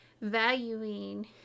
valuing